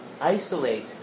isolate